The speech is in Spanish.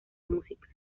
música